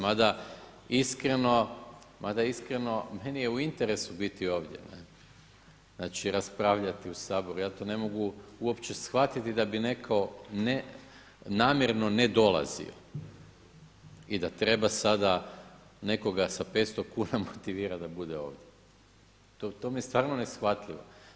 Mada iskreno, meni je u interesu biti ovdje raspravljati u Saboru. ja ne mogu uopće shvatiti da bi neko namjerno ne dolazio i da treba sada nekoga sa 500 kuna motivirati da bude ovdje, to mi je stvarno neshvatljivo.